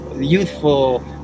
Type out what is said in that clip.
youthful